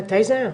מתי זה היה?